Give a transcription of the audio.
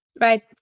Right